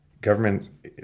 government